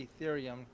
Ethereum